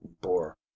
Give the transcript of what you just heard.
bore